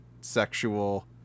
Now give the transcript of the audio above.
sexual